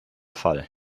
fall